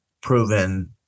proven